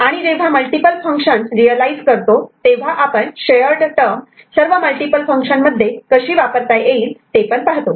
आणि जेव्हा multiple function realise करतो तेव्हा आपण शेअर्ड टर्म सर्व मल्टिपल फंक्शन मध्ये कशी वापरता येईल ते पण पाहतो